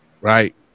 right